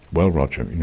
well roger,